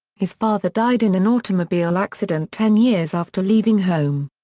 his father died in an automobile accident ten years after leaving home.